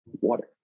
water